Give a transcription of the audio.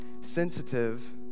sensitive